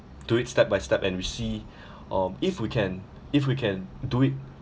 do it step by step and we see um if we can if we can do it